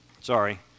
Sorry